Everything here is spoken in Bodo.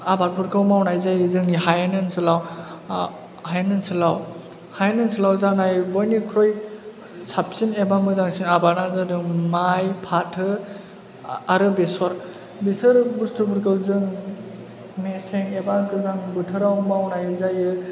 आबादफोरखौ मावनाय जायो जोंनि हायेन ओनसोलाव हायेन ओनसोलाव जानाय बयनिख्रुइ साबसिन एबा मोजांसिन आबादा जादों माइ फाथो आरो बेसर बेफोरो बुस्तुफोरखौ जों मेसें एबा गोजां बोथोराव मावनाय जायो